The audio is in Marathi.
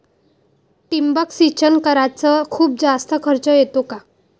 ठिबक सिंचन कराच खूप जास्त खर्च येतो का?